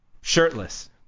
shirtless